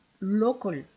local